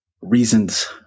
reasons